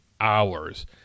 hours